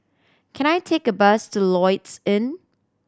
can I take a bus to Lloyds Inn